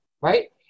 right